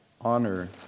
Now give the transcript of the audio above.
Honor